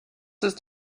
ist